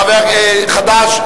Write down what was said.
חד"ש?